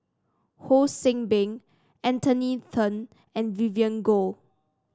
Ho See Beng Anthony Then and Vivien Goh